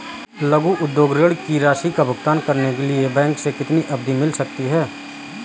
लघु उद्योग ऋण की राशि का भुगतान करने के लिए बैंक से कितनी अवधि मिल सकती है?